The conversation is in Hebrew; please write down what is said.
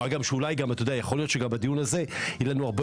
מה גם יכול להיות שבדיון הזה יהיה לנו הרבה